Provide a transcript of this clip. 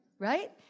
Right